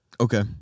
Okay